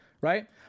right